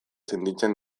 sentitzen